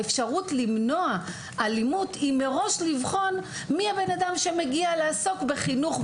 האפשרות למנוע אלימות היא מראש לבחון מי הבן אדם שמגיע לעסוק בחינוך,